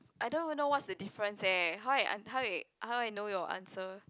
I don't even know what's the difference eh how I un~ how I how I know your answer